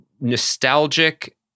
nostalgic